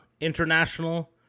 international